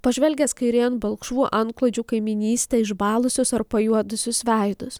pažvelgęs kairėn balkšvų antklodžių kaimynystę išbalusius ar pajuodusius veidus